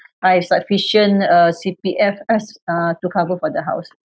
I have sufficient uh C_P_F uh uh to cover for the house